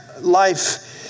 life